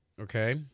Okay